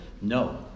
No